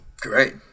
Great